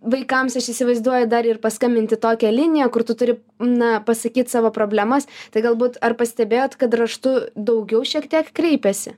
vaikams aš įsivaizduoju dar ir paskambint į tokią liniją kur tu turi na pasakyt savo problemas tai galbūt ar pastebėjot kad raštu daugiau šiek tiek kreipiasi